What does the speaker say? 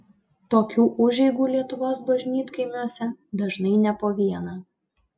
tokių užeigų lietuvos bažnytkaimiuose dažnai ne po vieną